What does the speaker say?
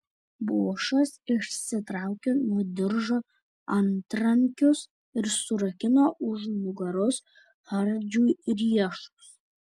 bošas išsitraukė nuo diržo antrankius ir surakino už nugaros hardžiui riešus